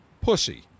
pussy